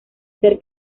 ser